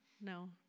No